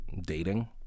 dating